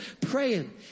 praying